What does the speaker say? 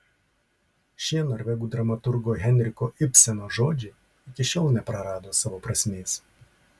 šie norvegų dramaturgo henriko ibseno žodžiai iki šiol neprarado savo prasmės